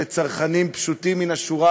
לצרכנים פשוטים מן השורה,